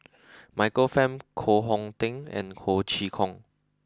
Michael Fam Koh Hong Teng and Ho Chee Kong